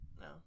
no